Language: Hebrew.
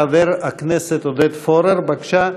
חבר הכנסת עודד פורר, בבקשה.